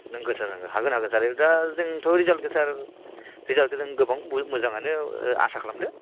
नोंगो सार नोंगो हागोन हागोन सार दा जोंथ' रिजाल्टखो सार रिजाल्टखो जों गोबां मोजाङानो आसा खालामदो